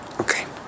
Okay